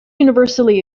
universally